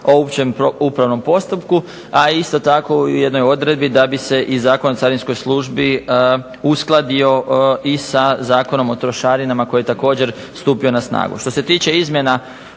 o opće upravnom postupku, a isto tako u jednoj odredbi da bi se i Zakon o carinskoj službi uskladio i sa Zakonom o trošarinama koji je također stupio na snagu.